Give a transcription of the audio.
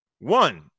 One